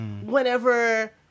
Whenever